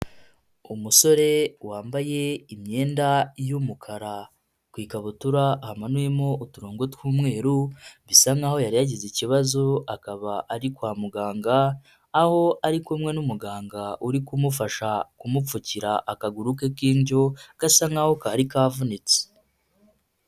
Umusore wambaye imyenda y'umukara, ku ikabutura hamanuyemo uturongo tw'umweru, bisa nk'aho yari yagize ikibazo akaba ari kwa muganga, aho ari kumwe n'umuganga uri kumufasha kumupfukira akaguru ke k'indyo gasa nk'aho kari kavunitse.